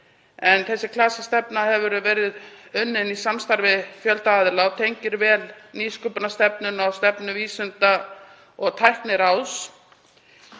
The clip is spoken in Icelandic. Þessi klasastefna hefur verið unnin í samstarfi við fjölda aðila og tengir vel nýsköpunarstefnu og stefnu Vísinda- og tækniráðs.